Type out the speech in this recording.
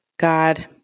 God